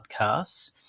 podcasts